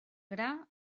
gra